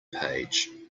page